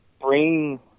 bring